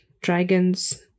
dragons